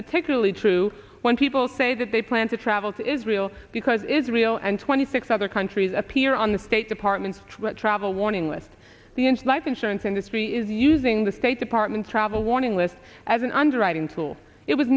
particularly true when people say that they plan to travel to israel because israel and twenty six other countries appear on the state department's travel warning list the in life insurance industry is using the state department travel warning list as an underwriting tool it was